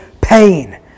pain